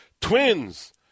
Twins